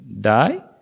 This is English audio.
die